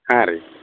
ಹಾಂ ರೀ